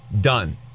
done